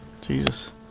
Jesus